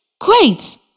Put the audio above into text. Great